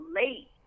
late